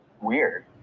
weird